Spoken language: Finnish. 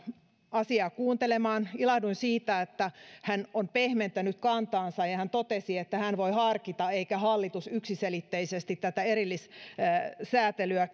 asiaa kuuntelemaan ilahduin siitä että hän on pehmentänyt kantaansa ja ja hän totesi että hän voi harkita eikä hallitus yksiselitteisesti tätä erillissäätelyä